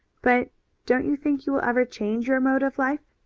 but don't you think you will ever change your mode of life?